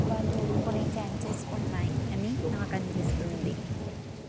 వాళ్ళు ఒప్పుకునే ఛాన్సెస్ ఉన్నాయి అని నాకు అనిపిస్తుంది